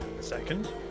Second